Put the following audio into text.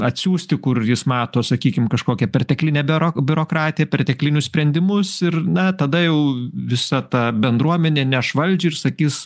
atsiųsti kur jis mato sakykime kažkokia perteklinę biuro biurokratiją perteklinius sprendimus ir na tada jau visa ta bendruomenė neš valdžiai ir sakys